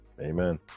amen